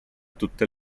tutte